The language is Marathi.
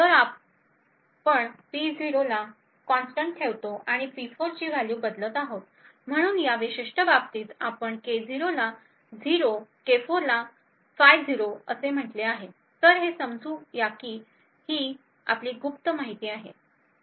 तर आपण P0 ला कॉन्स्टंट ठेवतो आणि P4 ची व्हॅल्यू बदलत आहोत म्हणून या विशिष्ट बाबतीत आपण K0 ला 0 K4 50 असे म्हटले आहे तर हे समजू या की ही आपली गुप्त माहिती आहे